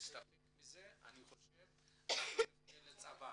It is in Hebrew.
נסתפק מזה בכל הקשור למשטרה ונפנה לצבא.